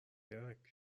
درکاینجا